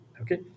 okay